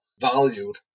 valued